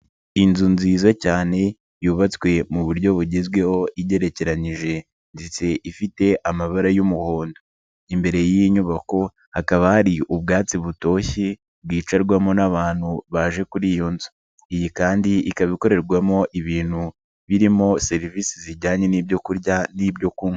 Inzu nziza cyane yubatswe mu buryo bugezweho igerekeranyije ndetse ifite amabara y'umuhondo, imbere y'iyi nyubako hakaba hari ubwatsi butoshye bwicarwamo n'abantu baje kuri iyo nzu, iyi kandi ikaba ikorerwamo ibintu birimo serivisi zijyanye n'ibyo kurya n'ibyo kunywa.